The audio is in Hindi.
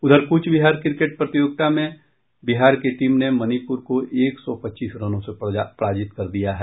उधर कूच विहार क्रिकेट प्रतियोगिता में बिहार की टीम ने मणिपूर को एक सौ पच्चीस रनों से पराजित कर दिया है